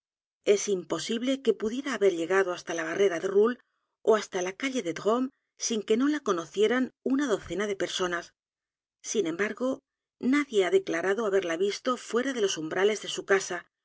s imposible que pudiera haber llegado hasta la b a r r e r a de roule ó hasta la calle de drómes sin que no la conocieran una docena de p e r s o n a s sin e m b a r g o nadie h a declarado haberla visto fuera de los umbrales de su casa